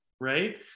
Right